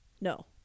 No